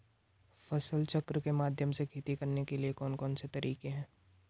फसल चक्र के माध्यम से खेती करने के लिए कौन कौन से तरीके हैं?